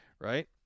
Right